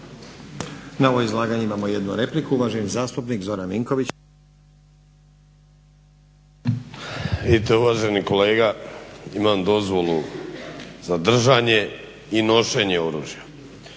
Na ovo izlaganje imamo jednu repliku, uvaženi zastupnik Zoran Vinković.